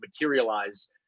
materialize